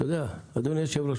אדוני היושב-ראש,